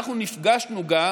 אנחנו נפגשנו גם